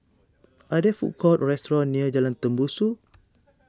are there food courts or restaurants near Jalan Tembusu